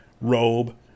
robe